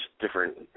different